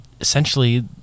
essentially